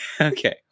Okay